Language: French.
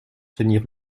tenir